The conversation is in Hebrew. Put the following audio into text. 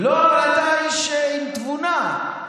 לא, אבל אתה איש עם תבונה.